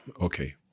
Okay